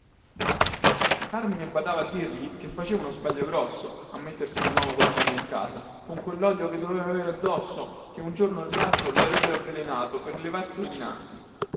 carmine badava a dirgli che faceva uno sbaglio grosso a mettersi di nuovo la moglie in casa con quellodio che doveva covar lei che un giorno o laltro lavrebbe avvelenato per levarselo dinanzi